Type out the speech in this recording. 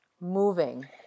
moving